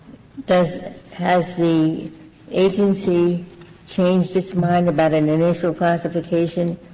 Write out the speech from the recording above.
does has the agency changed its mind about an initial classification?